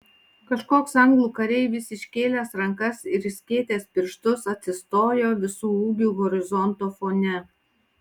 kažkoks anglų kareivis iškėlęs rankas ir išskėtęs pirštus atsistojo visu ūgiu horizonto fone